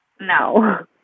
no